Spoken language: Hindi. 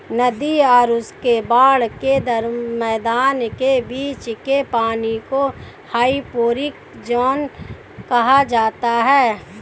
नदी और उसके बाढ़ के मैदान के नीचे के पानी को हाइपोरिक ज़ोन कहा जाता है